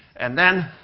and then